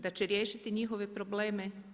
Da će riješiti njihove probleme?